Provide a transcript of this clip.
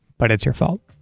but it's your fault.